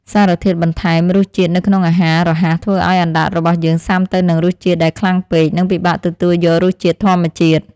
សារធាតុបន្ថែមរសជាតិនៅក្នុងអាហាររហ័សធ្វើឲ្យអណ្តាតរបស់យើងស៊ាំទៅនឹងរសជាតិដែលខ្លាំងពេក និងពិបាកទទួលយករសជាតិធម្មជាតិ។